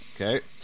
Okay